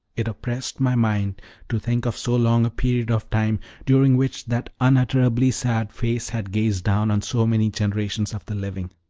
it oppressed my mind to think of so long a period of time during which that unutterably sad face had gazed down on so many generations of the living.